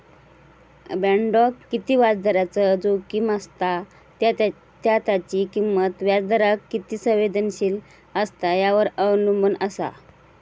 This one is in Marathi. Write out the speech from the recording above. बॉण्डाक किती व्याजदराचो जोखीम असता त्या त्याची किंमत व्याजदराक किती संवेदनशील असता यावर अवलंबून असा